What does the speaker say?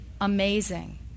amazing